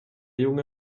junge